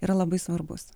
yra labai svarbus